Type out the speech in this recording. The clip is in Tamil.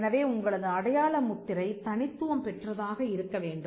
எனவே உங்களது அடையாள முத்திரை தனித்துவம் பெற்றதாக இருக்க வேண்டும்